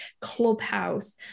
Clubhouse